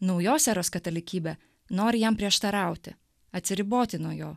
naujos eros katalikybė nori jam prieštarauti atsiriboti nuo jo